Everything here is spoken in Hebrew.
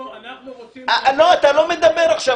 אנחנו רוצים ליישר קו --- אתה לא מדבר עכשיו,